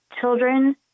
children